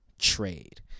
trade